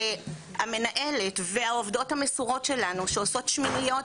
והמנהלת והעובדות המסורות שלנו שעושות שמיניות